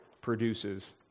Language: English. produces